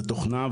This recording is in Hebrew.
זה תוכנה,